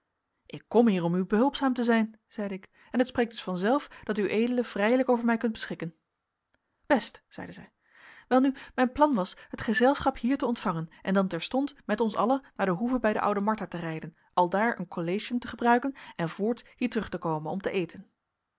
ik kom hier om u behulpzaam te zijn zeide ik en het spreekt dus vanzelf dat ued vrijelijk over mij kunt beschikken best zeide zij welnu mijn plan was het gezelschap hier te ontvangen en dan terstond met ons allen naar de hoeve bij de oude martha te rijden aldaar een collation te gebruiken en voorts hier terug te komen om te eten